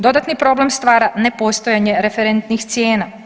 Dodatni problem stvara nepostojanje referentnih cijena.